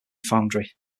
foundry